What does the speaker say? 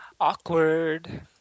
Awkward